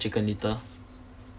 chicken-little